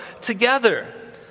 together